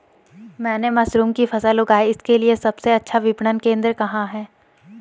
मैंने मशरूम की फसल उगाई इसके लिये सबसे अच्छा विपणन केंद्र कहाँ है?